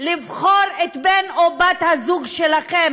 לבחור את בן או בת הזוג שלכם.